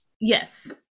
Yes